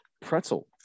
pretzel